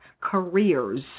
careers